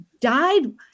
died